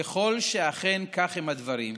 ככל שאכן כך הם הדברים,